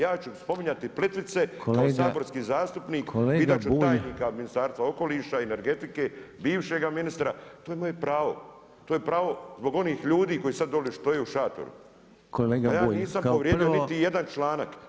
Ja ću spominjati Plitvice kao saborski zastupnik, pitat ću tajnika Ministarstva okoliša i energetike bivšega ministra to je moje pravo, to je pravo zbog onih ljudi koji sad doli stoje u šatoru [[Upadica Reiner: Kolega Bulj, kao prvo …]] Ja nisam povrijedio niti jedan članak.